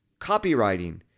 copywriting